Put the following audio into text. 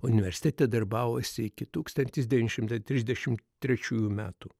universitete darbavosi iki tūkstantis devyni šimtai trisdešim trečiųjų metų